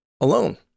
alone